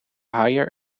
higher